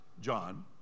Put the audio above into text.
John